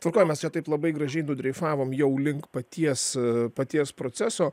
su kuo mes ją taip labai gražiai nudreifavome jau link paties paties proceso